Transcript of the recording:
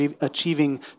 achieving